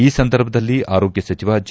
ಈ ಸಂದರ್ಭದಲ್ಲಿ ಆರೋಗ್ಯ ಸಚಿವ ಜೆ